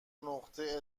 نقطه